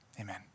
amen